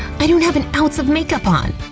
i don't have an ounce of makeup on!